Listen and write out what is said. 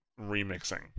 remixing